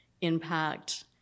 impact